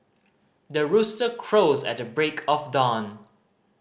the rooster crows at the break of dawn